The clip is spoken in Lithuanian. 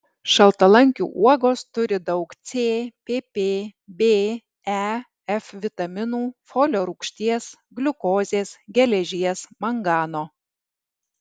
šaltalankių uogos turi daug c pp b e f vitaminų folio rūgšties gliukozės geležies mangano